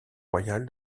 royal